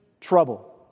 trouble